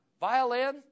violin